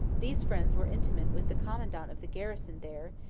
these friends were intimate with the commandant of the garrison there,